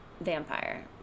Vampire